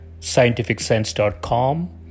scientificsense.com